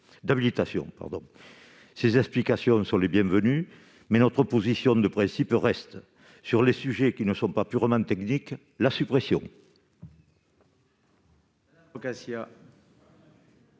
l'habilitation. Ces explications sont bienvenues, mais notre position de principe reste, sur les sujets qui ne sont pas purement techniques, la suppression.